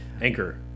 anchor